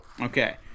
Okay